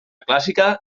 clàssica